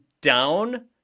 down